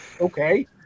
okay